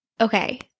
Okay